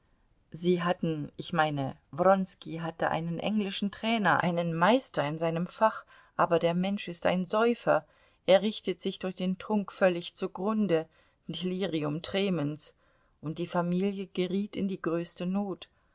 sie hatten ich meine wronski hatte einen englischen trainer einen meister in seinem fach aber der mensch ist ein säufer er richtet sich durch den trunk völlig zugrunde delirium tremens und die familie geriet in die größte not